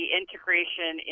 integration